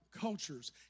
cultures